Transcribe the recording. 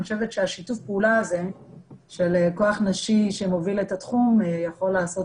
אני חושבת ששיתוף הפעולה הזה של כוח נשי שמוביל את התחום יכול לעשות